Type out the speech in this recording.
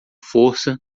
força